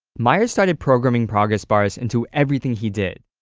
myers started programming progress bars into everything he did.